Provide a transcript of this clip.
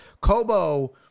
Kobo